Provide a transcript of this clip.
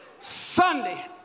Sunday